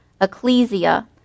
ecclesia